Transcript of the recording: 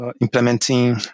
implementing